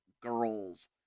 girls